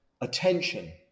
attention